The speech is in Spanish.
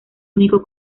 único